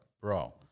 Bro